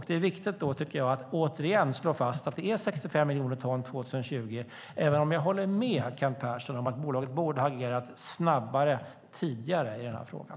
Det är viktigt att återigen slå fast att det är 65 miljoner ton 2020 som gäller, även om jag håller med Kent Persson om att bolaget borde ha agerat snabbare och tidigare i den här frågan.